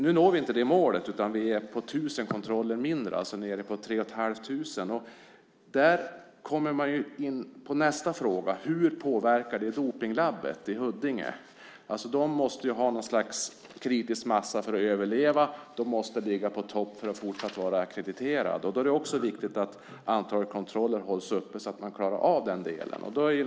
Nu når vi inte det målet utan det blir ca 3 500. Där kommer man in på nästa fråga. Hur påverkar det Dopinglaboratoriet i Huddinge? Laboratoriet måste ha något slags kritisk massa för att överleva och ligga på topp för att fortsätta vara ackrediterad. Då är det också viktigt att antalet kontroller hålls uppe så att man klarar den delen.